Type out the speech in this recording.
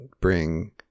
bring